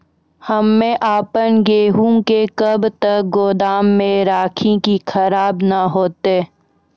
हम्मे आपन गेहूँ के कब तक गोदाम मे राखी कि खराब न हते?